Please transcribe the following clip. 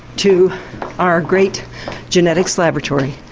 to our great genetics laboratory,